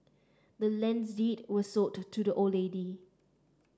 the land's deed was sold to the old lady